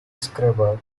schreiber